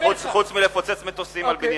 חוץ מלפוצץ מטוסים על בניינים?